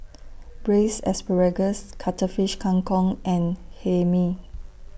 Braised Asparagus Cuttlefish Kang Kong and Hae Mee